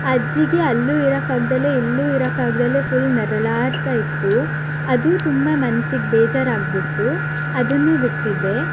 ಆ ಅಜ್ಜಿಗೆ ಅಲ್ಲೂ ಇರೋಕಾಗ್ದೆ ಇಲ್ಲೂ ಇರೋಕಾಗ್ದೆ ಫುಲ್ ನರಳಾಡ್ತಾ ಇತ್ತು ಅದೂ ತುಂಬ ಮನಸ್ಸಿಗೆ ಬೇಜಾರಾಗ್ಬಿಡ್ತು ಅದನ್ನೂ ಬಿಡಿಸಿದ್ದೆ